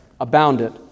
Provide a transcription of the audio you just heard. abounded